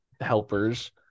helpers